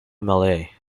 malay